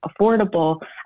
affordable